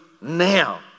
now